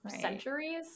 centuries